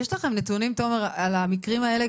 יש לכם נתונים תומר על המקרים האלה,